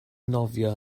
nofio